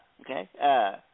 Okay